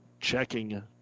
checking